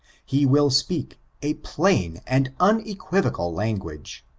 he will speak a plain and unequivocal language.